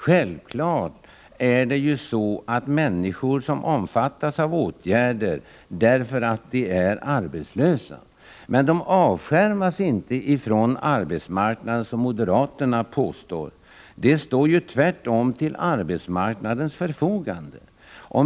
Självfallet är det så att människor omfattas av åtgärder därför att de är arbetslösa. Men de avskärmas inte från arbetsmarknaden, som moderaterna påstår. De står ju tvärtom till arbetsmarknadens förfogande.